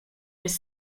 with